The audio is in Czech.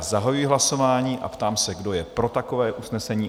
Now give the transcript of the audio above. Zahajuji hlasování a ptám se, kdo je pro takové usnesení?